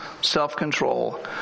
self-control